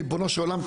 ריבונו של עולם,